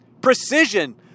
precision